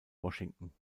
washington